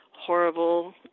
horrible